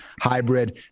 hybrid